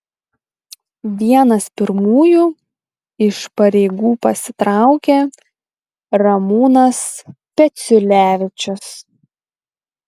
vienas pirmųjų iš pareigų pasitraukė ramūnas peciulevičius